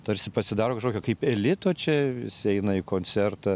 tarsi pasidaro kažkokio kaip elito čia visi eina į koncertą